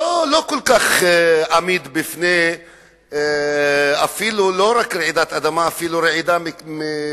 לא כל כך עמיד לא רק בפני רעידת אדמה אלא אפילו בפני רעידה מריקודים,